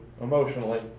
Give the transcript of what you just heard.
emotionally